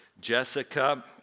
Jessica